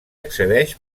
accedeix